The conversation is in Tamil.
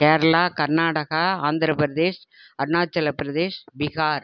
கேரளா கர்நாடகா ஆந்திரப்பிரதேஷ் அருணாச்சலப்பிரதேஷ் பீகார்